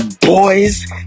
boys